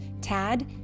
Tad